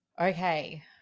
Okay